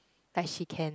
like she can